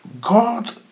God